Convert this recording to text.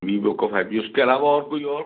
Vivo का five G उसके अलावा और कोई और